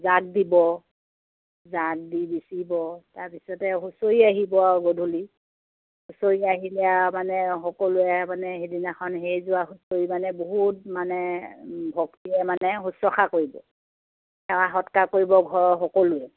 জাক দিব জাক দি বিচিব তাৰপিছতে হুঁচৰি আহিব আৰু গধূলি হুঁচৰি আহিলেও মানে আৰু সকলোৱে মানে সেইদিনাখন সেই জোৰা হুঁচৰি মানে বহুত মানে ভক্তিৰে মানে শুশ্ৰূষা কৰিব সেৱা সৎকাৰ কৰিব ঘৰৰ সকলোৱে